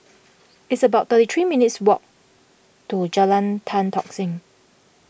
it's about thirty three minutes' walk to Jalan Tan Tock Seng